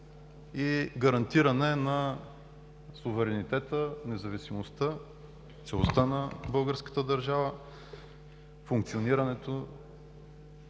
и гарантиране на суверенитета, независимостта, целостта на българската държава, функционирането